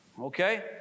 Okay